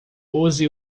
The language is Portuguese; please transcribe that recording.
use